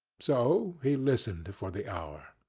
so he listened for the hour.